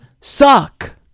suck